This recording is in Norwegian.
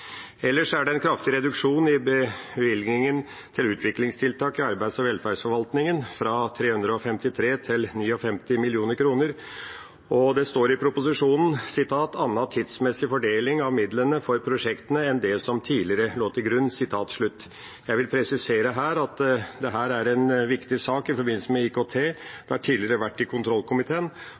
er det en kraftig reduksjon i bevilgningen til utviklingstiltak i Arbeids- og velferdsetaten, fra 353 mill. kr til 59 mill. kr, og det står i proposisjonen: «anna tidsmessig fordeling av midlane for prosjektet enn det som tidlegare låg til grunn». Jeg vil presisere at dette er en viktig sak i forbindelse med IKT. Det har tidligere vært i kontrollkomiteen.